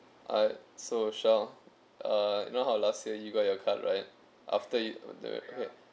uh so shel err you know how last year you got your card right after you